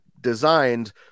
designed